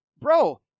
Bro